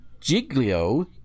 Giglio